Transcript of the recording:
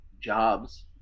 jobs